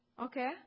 Okay